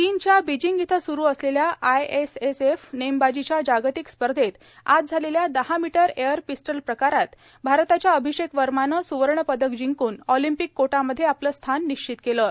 चीनव्या Beijing इथं सुरू असलेल्या आयएसएसएफ नेमबाजीच्या जागतिक स्पर्धेत आज झालेल्या दहा मीटर एअर पीस्टल प्रकारात भारताच्या अभिषेक वर्मानं सुवर्ण पदक जिंकून ऑलिंपिक कोटामध्ये आपलं स्थान निश्चित केलं आहे